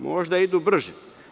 Možda idu brže.